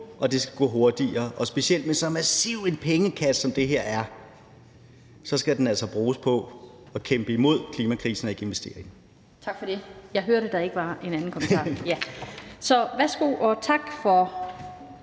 og det skal gå hurtigere. Og specielt med så massiv en pengekasse, som det her er, skal den altså bruges på at kæmpe imod klimakrisen og ikke investere i den. Kl. 16:22 Den fg. formand (Annette Lind): Tak for